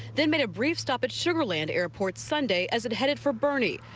then made a brief stop at sugar land airport sunday as it headed for boerne. it